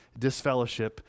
disfellowship